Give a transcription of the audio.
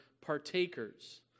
partakers